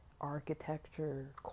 architecture